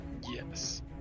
Yes